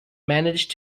managed